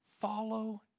follow